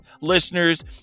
listeners